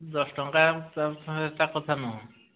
ଦଶ ଟଙ୍କା ତଫା ଟା କଥା ନୁହଁ